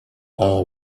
all